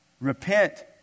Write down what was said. Repent